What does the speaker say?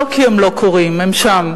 לא כי הם לא קורים, הם שם.